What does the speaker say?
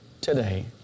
today